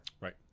Right